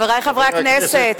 חברי חברי הכנסת,